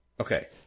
Okay